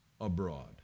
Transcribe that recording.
abroad